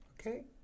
Okay